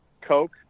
Coke